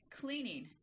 cleaning